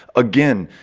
again,